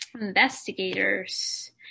investigators